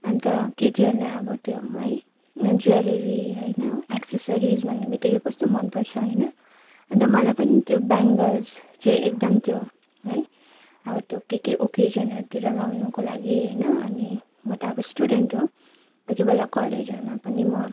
अन्त केटीहरूलाई अब त्यो है ज्वेलरी होइन एक्सेसरिज भन्ने बित्तिकै कस्तो मनपर्छ होइन अन्त मलाई पनि त्यो बेङ्गल्स चाहिँ एकदम त्यो है अब त्यो के के ओकेजनहरूतिर लगाउनको लागि होइन अनि म त अब स्टुडेन्ट हो कोही कोही बेला कलेजहरूमा पनि म